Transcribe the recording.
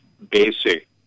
basic